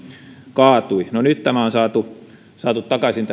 kaatui no nyt tämä on saatu saatu takaisin